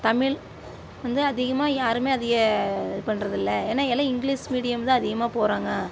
தமிழ் வந்து அதிகமாக யாருமே அதிகம் இது பண்ணுறதில்ல ஏனால் எல்லா இங்கிலீஸ் மீடியம் தான் அதிகமாக போகிறாங்க